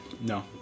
No